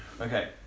Okay